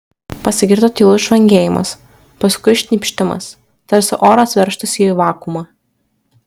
pasigirdo tylus žvangėjimas paskui šnypštimas tarsi oras veržtųsi į vakuumą